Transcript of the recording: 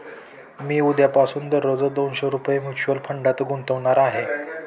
मी उद्यापासून दररोज दोनशे रुपये म्युच्युअल फंडात गुंतवणार आहे